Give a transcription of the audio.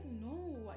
no